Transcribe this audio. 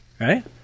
right